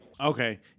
okay